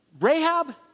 Rahab